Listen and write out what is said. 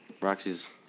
Roxy's